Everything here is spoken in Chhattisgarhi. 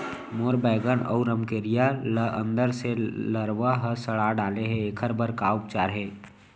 मोर बैगन अऊ रमकेरिया ल अंदर से लरवा ह सड़ा डाले हे, एखर बर का उपचार हे?